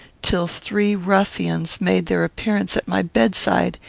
till three ruffians made their appearance at my bedside,